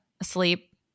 Asleep